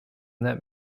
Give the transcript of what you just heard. that